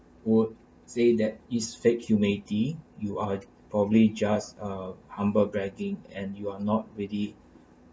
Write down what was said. would say that it's fake humility you are probably just uh humble bragging and you're not really